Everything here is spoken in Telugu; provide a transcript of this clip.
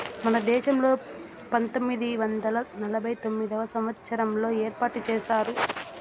మన దేశంలో పంతొమ్మిది వందల నలభై తొమ్మిదవ సంవచ్చారంలో ఏర్పాటు చేశారు